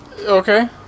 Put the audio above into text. Okay